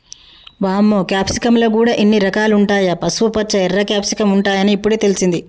వామ్మో క్యాప్సికమ్ ల గూడా ఇన్ని రకాలుంటాయా, పసుపుపచ్చ, ఎర్ర క్యాప్సికమ్ ఉంటాయని ఇప్పుడే తెలిసింది